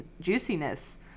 juiciness